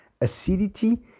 acidity